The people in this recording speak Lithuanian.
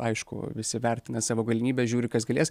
aišku visi vertina savo galimybes žiūri kas galės